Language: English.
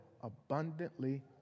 abundantly